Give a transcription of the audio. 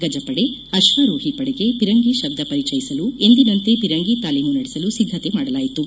ಗಜಪಡೆ ಅಶ್ವಾರೋಹಿ ಪಡೆಗೆ ಫಿರಂಗಿ ಶಬ್ದ ಪರಿಚಯಿಸಲು ಎಂದಿನಂತೆ ಫಿರಂಗಿ ತಾಲೀಮು ನಡೆಸಲು ಸಿದ್ದತೆ ಮಾಡಲಾಯಿತು